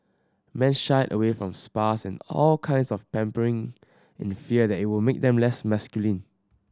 men shied away from spas and all kinds of pampering in fear that it would make them less masculine